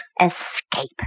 Escape